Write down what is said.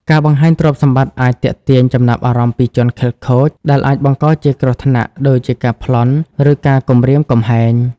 ការបង្ហាញទ្រព្យសម្បត្តិអាចទាក់ទាញចំណាប់អារម្មណ៍ពីជនខិលខូច ដែលអាចបង្កជាគ្រោះថ្នាក់ដូចជាការប្លន់ ឬការគំរាមកំហែង។